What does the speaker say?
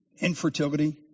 infertility